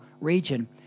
region